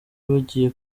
bagiye